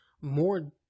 more